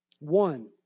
One